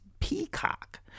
Peacock